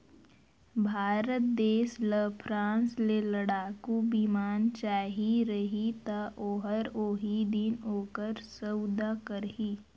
भारत देस ल फ्रांस ले लड़ाकू बिमान चाहिए रही ता ओहर ओही दिन ओकर सउदा करही